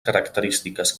característiques